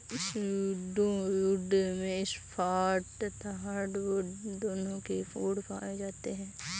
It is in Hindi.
स्यूडो वुड में सॉफ्ट तथा हार्डवुड दोनों के गुण पाए जाते हैं